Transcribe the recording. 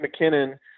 McKinnon